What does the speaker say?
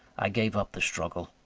i gave up the struggle.